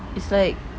it's like